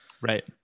Right